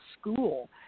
school